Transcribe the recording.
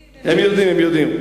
יודעים.